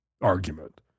argument